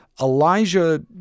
Elijah